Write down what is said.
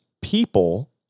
people